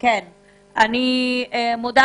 אני מודה